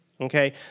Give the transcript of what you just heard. Okay